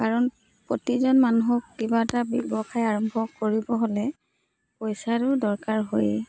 কাৰণ প্ৰতিজন মানুহক কিবা এটা ব্যৱসায় আৰম্ভ কৰিব হ'লে পইচাৰো দৰকাৰ হয়েই